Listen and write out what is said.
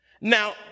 Now